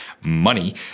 money